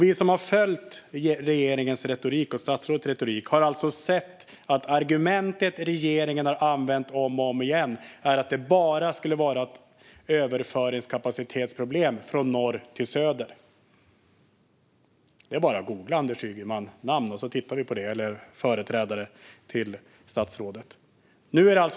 Vi som har följt regeringens och statsrådets retorik har sett att argumentet som regeringen har använt om och om igen är att det bara skulle handla om överföringskapacitetsproblem från norr till söder. Det är bara att googla Anders Ygemans namn eller företrädare till statsrådet så kan vi titta på det.